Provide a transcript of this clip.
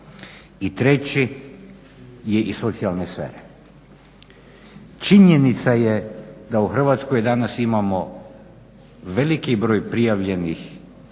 I treći je iz socijalne sfere. Činjenica je da u Hrvatskoj danas imamo veliki broj prijavljenih